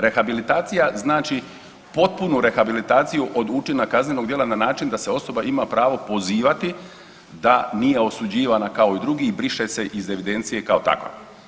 Rehabilitacija znači potpunu rehabilitaciju od učina kaznenog djela na način da se osoba ima pravo pozivati da nije osuđivana kao drugi i briše se iz evidencije kao takva.